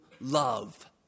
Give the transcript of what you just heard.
love